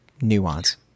nuance